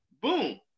Boom